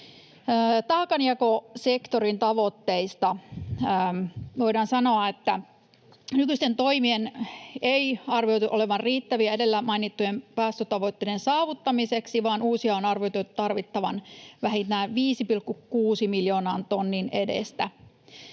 Taakanjakosektorin tavoitteista: voidaan sanoa, että nykyisten toimien ei arvioitu olevan riittäviä edellä mainittujen päästötavoitteiden saavuttamiseksi, vaan uusia on arvioitu tarvittavan vähintään 5,6 miljoonan tonnin edestä.